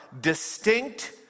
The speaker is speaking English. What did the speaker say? distinct